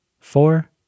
Four